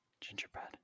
gingerbread